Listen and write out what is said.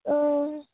অঁ